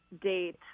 date